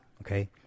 okay